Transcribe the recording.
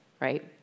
right